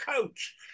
coach